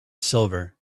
silver